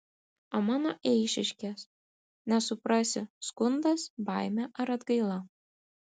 o mano eišiškės nesuprasi skundas baimė ar atgaila